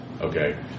Okay